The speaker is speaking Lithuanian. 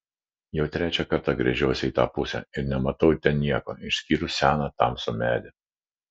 jau trečią kartą gręžiuosi į tą pusę ir nematau ten nieko išskyrus seną tamsų medį